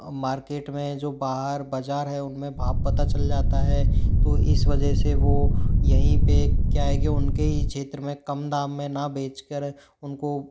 market में जो बाहर बजार है उनमें भाव पता चल जाता है तो इस वजह से वो यहीं पे क्या है कि उनके ही क्षेत्र में कम दाम में ना बेचकर उनको